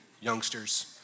youngsters